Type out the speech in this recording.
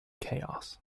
chaos